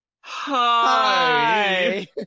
Hi